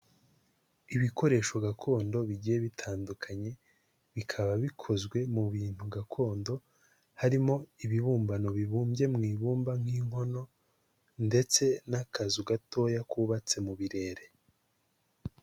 Ibikoresho gakondo bigiye bitandukanye bikaba bikozwe mu bintu gakondo harimo ibibumbano bibumbye mu ibumba nk'inkono ,ndetse n'akazu gatoya kubabatse mu birere.